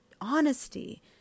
honesty